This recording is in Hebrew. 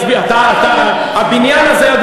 אדוני סגן השר, אתה לא משכנע אותה.